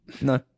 No